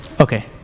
Okay